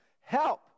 help